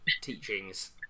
teachings